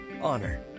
Honor